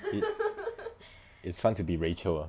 is is fun to be rachel ah